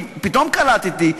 כי פתאום קלטתי,